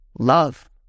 love